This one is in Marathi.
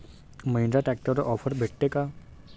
महिंद्रा ट्रॅक्टरवर ऑफर भेटेल का?